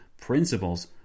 principles